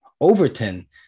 overton